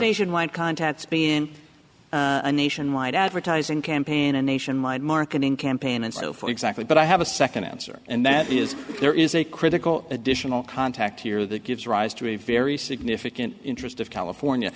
nationwide contacts being a nationwide advertising campaign a nationwide marketing campaign and so for exactly but i have a second answer and that is there is a critical additional contact here that gives rise to a very significant interest of california